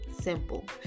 simple